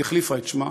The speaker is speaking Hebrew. היא החליפה את שמה,